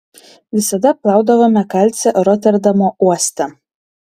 visada plaudavome kalcį roterdamo uoste